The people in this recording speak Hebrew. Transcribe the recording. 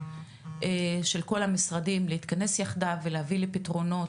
של כל המשרדים להתכנס יחדיו ולהביא לפתרונות,